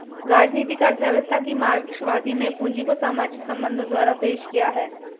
राजनीतिक अर्थव्यवस्था की मार्क्सवादी में पूंजी को सामाजिक संबंधों द्वारा पेश किया है